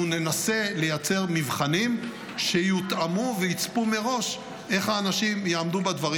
אנחנו ננסה לייצר מבחנים שיותאמו ויצפו מראש איך האנשים יעמדו בדברים,